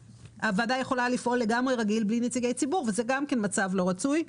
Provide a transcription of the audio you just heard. הוועדה יכולה לפעול לגמרי רגיל בלי נציגי ציבור וזה גם כן מצב לא רצוי.